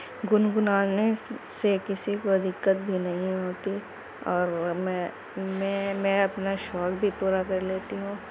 گنگنانے سے کسی کو دقت بھی نہیں ہوتی اور وہ میں میں میں اپنا شوق بھی پورا کر لیتی ہوں